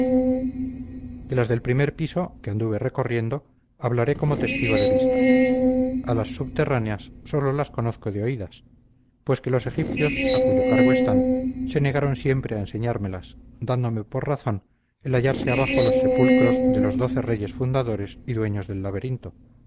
de las del primer piso que anduve recorriendo hablaré como testigo de vista a las subterráneas sólo las conozco de oídas pues que los egipcios a cuyo cargo están se negaron siempre a enseñármelas dándome por razón el hallarse abajo los sepulcros de los doce reyes fundadores y dueños del laberinto